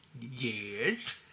Yes